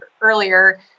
earlier